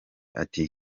ati